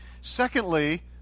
Secondly